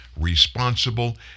responsible